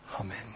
amen